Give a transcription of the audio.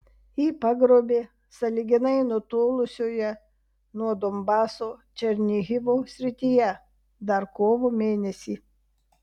jį pagrobė sąlyginai nutolusioje nuo donbaso černihivo srityje dar kovo mėnesį